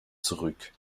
zurück